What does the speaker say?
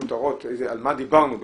בכותרות על מה דיברנו בכלל,